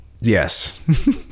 Yes